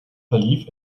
verlief